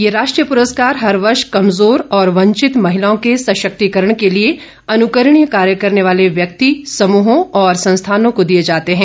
ये राष्ट्रीय पुरस्कार हर वर्ष कमजोर और वंचित महिलाओं के सशक्तींकरण के लिए अनुकरणीय कार्य करने वाले व्यक्ति समुहों और संस्थानों को दिए जाते हैं